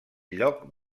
lloc